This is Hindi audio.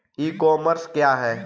ई कॉमर्स क्या है?